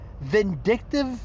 vindictive